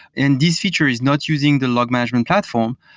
and this feature is not using the log management platform,